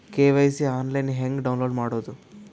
KYC online ಹೆಂಗ್ download ಮಾಡೋದು?